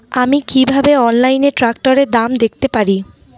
আমি কিভাবে অনলাইনে ট্রাক্টরের দাম দেখতে পারি?